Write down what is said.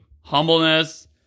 humbleness